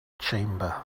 chamber